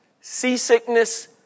seasickness